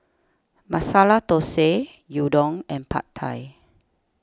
Masala Dosa Gyudon and Pad Thai